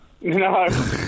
No